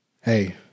Hey